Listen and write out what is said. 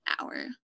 Hour